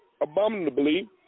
abominably